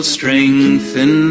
strengthen